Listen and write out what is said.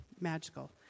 magical